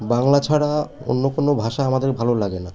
বাংলা ছাড়া অন্য কোনো ভাষা আমাদের ভালো লাগে না